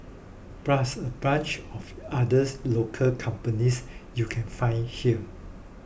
plus a bunch of others local companies you can find here